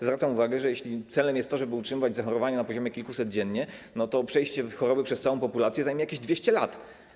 Zwracam uwagę, że jeśli celem jest to, żeby utrzymywać zachorowania na poziomie kilkuset dziennie, to przejście choroby przez całą populację zajmie jakieś 200 lat.